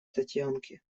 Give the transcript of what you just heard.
татьянки